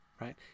right